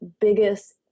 biggest